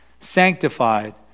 sanctified